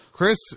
Chris